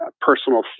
personal